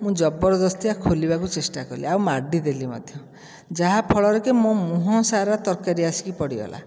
ମୁଁ ଜବରଦସ୍ତିଆ ଖୋଲିବାକୁ ଚେଷ୍ଟା କଲି ଆଉ ମାଡ଼ି ଦେଲି ମଧ୍ୟ ଯାହା ଫଳରେ କି ମୋ ମୁହଁ ସାରା ତରକାରୀ ଆସିକରି ପଡ଼ିଗଲା